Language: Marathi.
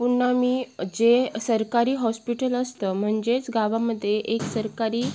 पुन्हा मी जे सरकारी हॉस्पिटल असतं म्हणजेच गावामध्ये एक सरकारी